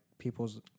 people's